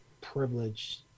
privileged